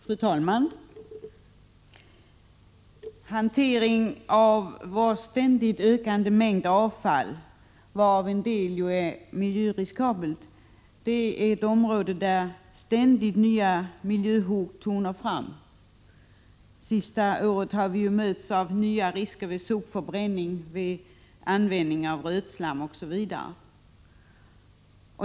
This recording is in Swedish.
Fru talman! Hanteringen av vår ständigt ökande mängd avfall, varav en del är miljöriskabelt, är ett område där ständigt nya miljöhot tonar fram. Under det senaste året har vi mötts av nya risker vid sopförbränning, vid användning av rötslam, osv.